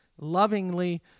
lovingly